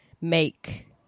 make